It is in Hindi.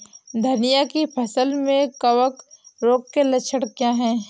धनिया की फसल में कवक रोग के लक्षण क्या है?